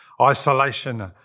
Isolation